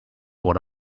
what